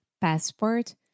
passport